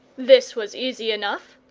this was easy enough.